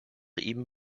ihm